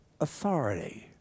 authority